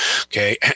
Okay